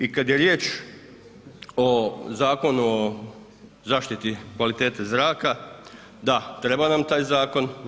I kada je riječ o Zakonu o zaštiti kvalitete zraka, da treba nam taj zakon.